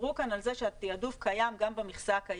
דיברו כאן על זה שהתעדוף קיים גם במכסה הקיימת.